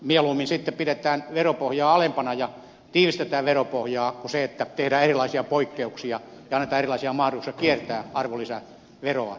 mieluummin sitten pidetään veropohjaa alempana ja tiivistetään veropohjaa kuin että tehdään erilaisia poikkeuksia ja annetaan erilaisia mahdollisuuksia kiertää arvonlisäveroa